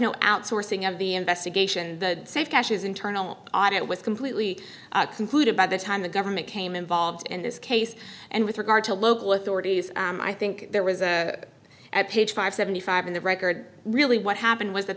no outsourcing of the investigation the safe caches internal audit was completely concluded by the time the government came involved in this case and with regard to local authorities i think there was a at page five seventy five in the record really what happened was that